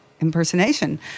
impersonation